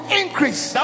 increase